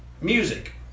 music